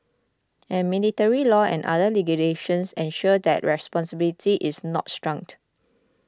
and military law and other legislations ensure that responsibility is not shirked